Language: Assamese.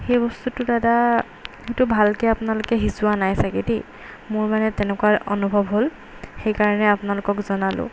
সেই বস্তুটো দাদাটো এইটো ভালকৈ আপোনালোকে সিজোৱা নাই চাগৈ দেই মোৰ মানে তেনেকুৱা অনুভৱ হ'ল সেইকাৰণে আপোনালোকক জনালোঁ